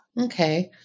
Okay